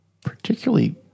particularly